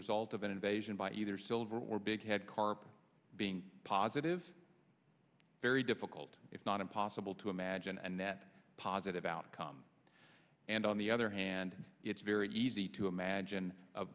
result of an invasion by either silver or big head carp being positive very difficult if not impossible to imagine a net positive outcome and on the other hand it's very easy to imagine